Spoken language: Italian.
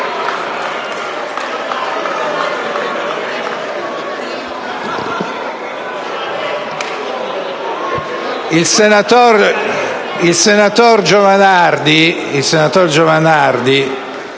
Il senatore Giovanardi